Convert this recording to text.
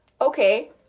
Okay